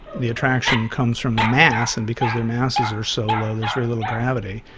the attraction comes from the mass and because their masses are so low there's very little gravity.